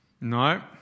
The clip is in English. No